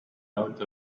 out